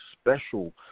special